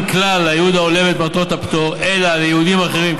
כלל לייעוד ההולם את מטרות הפטור אלא לייעודים אחרים,